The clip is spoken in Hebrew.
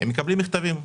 הם מקבלים מכתבים.